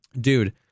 dude